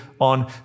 on